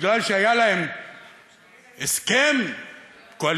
מפני שהיה להם הסכם קואליציוני,